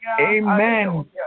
Amen